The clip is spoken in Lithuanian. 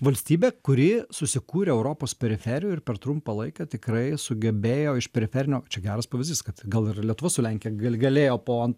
valstybė kuri susikūrė europos periferijoj ir per trumpą laiką tikrai sugebėjo iš periferinio čia geras pavyzdys kad gal ir lietuva su lenkija gal galėjo po an